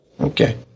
Okay